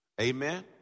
Amen